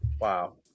Wow